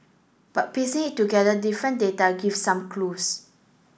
but piecing it together different data gives some clues